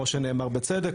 כמו שנאמר בצדק,